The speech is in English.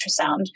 ultrasound